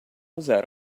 usar